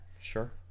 Sure